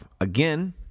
Again